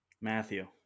Matthew